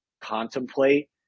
contemplate